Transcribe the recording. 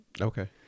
Okay